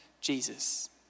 Jesus